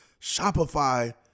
Shopify